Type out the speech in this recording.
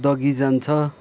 डगिजान्छ